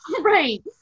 Right